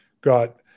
got